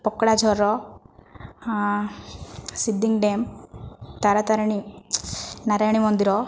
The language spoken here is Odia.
ପକଡ଼ାଝର ସିଦିଙ୍ଗ ଡ୍ୟାମ୍ ତାରାତାରିଣୀ ନାରାୟଣୀ ମନ୍ଦିର